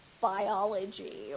biology